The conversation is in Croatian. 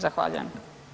Zahvaljujem.